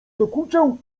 dokuczał